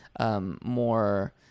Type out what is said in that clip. more